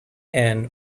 inn